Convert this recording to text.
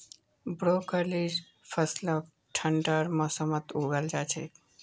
ब्रोकलीर फसलक ठंडार मौसमत उगाल जा छेक